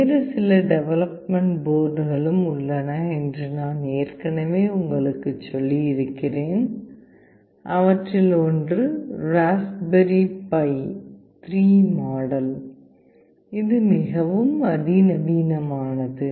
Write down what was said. வேறு சில டெவலப்மன்ட் போர்ட்களும் உள்ளன என்று நான் ஏற்கனவே உங்களுக்குச் சொல்லியிருக்கிறேன் அவற்றில் ஒன்று ராஸ்பெர்ரி பை 3 மாடல் இது மிகவும் அதிநவீனமானது